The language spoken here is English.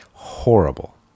horrible